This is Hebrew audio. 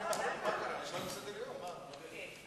מה זאת אומרת,